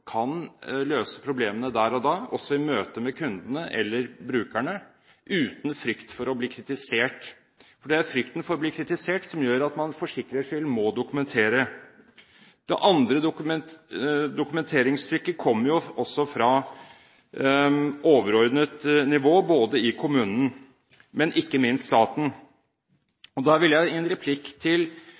kan løse problemene der og da, også i møte med kundene eller brukerne, uten frykt for å bli kritisert. For det er frykten for å bli kritisert som gjør at man for sikkerhets skyld må dokumentere. Det andre dokumenteringstrykket kommer jo også fra overordnet nivå, både i kommunen og – ikke minst – staten. Da vil jeg i en replikk til